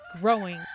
growing